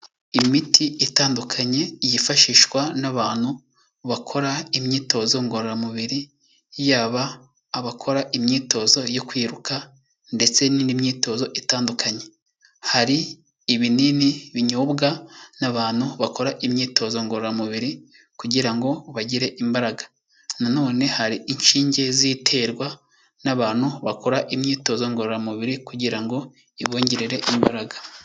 Imiti itandukanye yifashishwa n'abantu bakora imyitozo ngororamubiri, yaba abakora imyitozo yo kwiruka ndetse n'indi myitozo itandukanye. Hari ibinini binyobwa n'abantu bakora imyitozo ngororamubiri kugira ngo bagire, imbaraga nanone hari inshinge ziterwa n'abantu bakora imyitozo ngororamubiri kugira ngo ibongerere imbaraga.